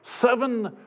Seven